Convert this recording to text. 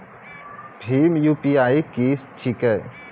भीम UPI की छीके?